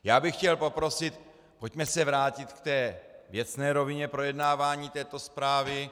Já bych chtěl poprosit, pojďme se vrátit k té věcné rovině projednávání této zprávy.